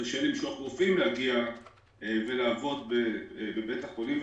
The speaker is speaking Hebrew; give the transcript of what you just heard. וקשה למשוך רופאים להגיע ולעבוד בבית החולים.